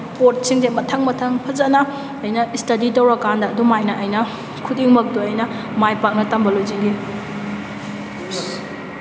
ꯄꯣꯠꯁꯤꯡꯁꯦ ꯃꯊꯪ ꯃꯊꯪ ꯐꯖꯅ ꯑꯩꯅ ꯏꯁꯇꯗꯤ ꯇꯧꯔꯀꯥꯟꯗ ꯑꯗꯨꯃꯥꯏꯅ ꯑꯩꯅ ꯈꯨꯗꯤꯡꯃꯛꯇꯨ ꯑꯩꯅ ꯃꯥꯏ ꯄꯥꯛꯅ ꯇꯝꯕ ꯂꯣꯏꯁꯤꯟꯈꯤ